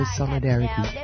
solidarity